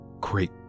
great